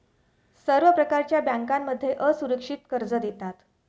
सर्व प्रकारच्या बँकांमध्ये असुरक्षित कर्ज देतात